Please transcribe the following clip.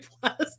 Plus